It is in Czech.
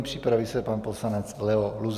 Připraví se pan poslanec Leo Luzar.